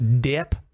dip